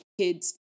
kids